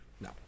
No